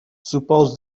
suppose